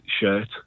shirt